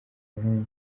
muhungu